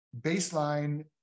baseline